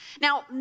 Now